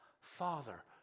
Father